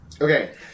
Okay